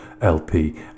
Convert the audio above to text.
LP